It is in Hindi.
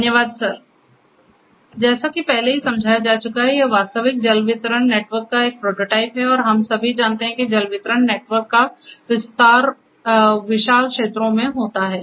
धन्यवाद सर जैसा कि पहले ही समझाया जा चुका है कि यह वास्तविक जल वितरण नेटवर्क का एक प्रोटोटाइप है और हम सभी जानते हैं कि जल वितरण नेटवर्क का विस्तार विशाल क्षेत्रों में होता है